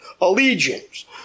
allegiance